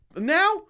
Now